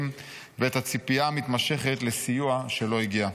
ואת הציפייה המתמשכת לסיוע שלא הגיע.